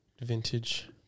vintage